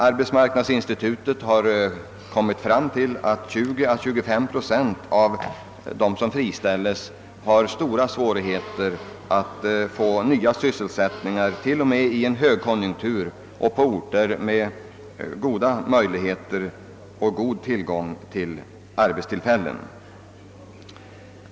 Arbetsmarknadsinstitutet har kommit fram till att 25 procent av dem som friställs har stora svårigheter att få ny sysselsättning, till och med i en högkonjunktur och på orter med god tillgång till arbetstillfällen.